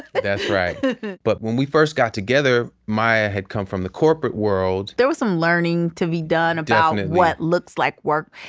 that's right but when we first got together, maya had come from the corporate world there was some learning to be done about what looks like work.